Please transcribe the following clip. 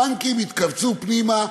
הבנקים התכווצו פנימה,